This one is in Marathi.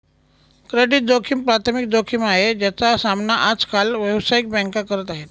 क्रेडिट जोखिम प्राथमिक जोखिम आहे, ज्याचा सामना आज काल व्यावसायिक बँका करत आहेत